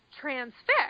transfixed